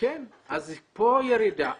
אז פה יש ירידה.